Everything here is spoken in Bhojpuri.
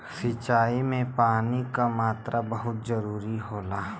सिंचाई में पानी क मात्रा बहुत जरूरी होला